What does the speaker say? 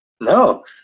no